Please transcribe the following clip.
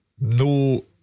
no